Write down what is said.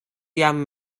jam